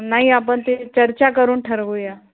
नाही आपण ते चर्चा करून ठरवू या